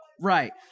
right